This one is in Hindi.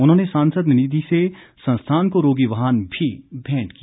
उन्होंने सांसद निधी से संस्थान को रोगी वाहन भी भेंट किया